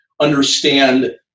Understand